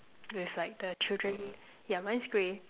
with like the children yeah mine's grey